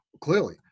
clearly